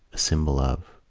a symbol of.